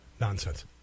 nonsense